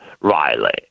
Riley